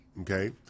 okay